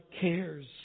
cares